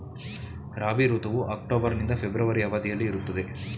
ರಾಬಿ ಋತುವು ಅಕ್ಟೋಬರ್ ನಿಂದ ಫೆಬ್ರವರಿ ಅವಧಿಯಲ್ಲಿ ಇರುತ್ತದೆ